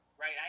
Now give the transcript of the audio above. Right